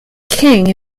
king